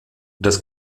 das